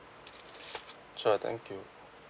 sure thank you